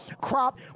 crop